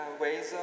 ways